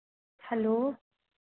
hello